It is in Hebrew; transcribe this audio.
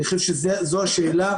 אני חושב שזו השאלה.